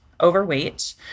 overweight